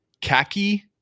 khaki